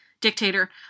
dictator